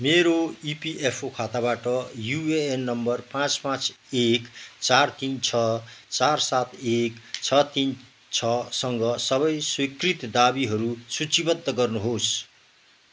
मेरो इपीएफओ खाताबाट UAN number पाँच पाँच एक चार तिन छ चार सात एक छ तिन छ सँग सबै स्वीकृत दावीहरू सूचीबद्ध गर्नुहोस्